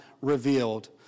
revealed